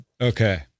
Okay